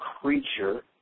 creature